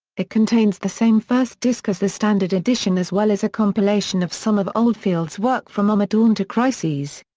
it contains the same first disc as the standard edition as well as a compilation of some of oldfield's work from ommadawn to crises.